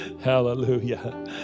Hallelujah